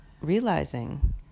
realizing